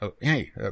Hey